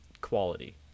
quality